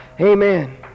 Amen